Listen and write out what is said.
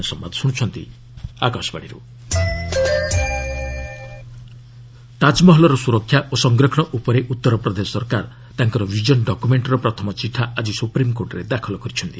SC Taj ତାକମହଲର ସୁରକ୍ଷା ଓ ସଂରକ୍ଷଣ ଉପରେ ଉତ୍ତରପ୍ରଦେଶ ସରକାର ତାଙ୍କର ଭିଜନ୍ ଡକୁମେଷ୍ଟ୍ର ପ୍ରଥମ ଚିଠା ଆଜି ସୁପ୍ରମିକୋର୍ଟରେ ଦାଖଲ କରିଛନ୍ତି